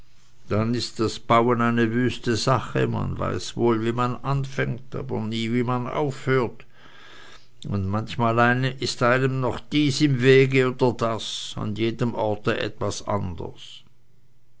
dann ist das bauen eine wüste sache man weiß wohl wie man anfängt aber nie wie man aufhört und manchmal ist einem noch dies im wege oder das an jedem orte etwas anders